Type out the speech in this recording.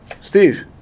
Steve